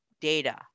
data